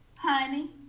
Honey